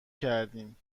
کردیم